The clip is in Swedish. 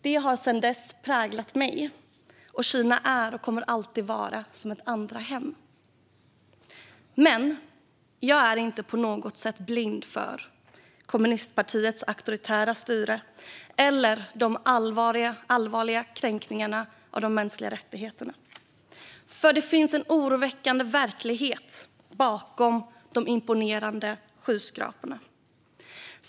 Det har sedan dess präglat mig, och Kina är och kommer alltid att vara som ett andra hem. Jag är dock inte på något sätt blind för kommunistpartiets auktoritära styre eller de allvarliga kränkningarna av de mänskliga rättigheterna. Det finns nämligen en oroväckande verklighet bakom de imponerande skyskraporna.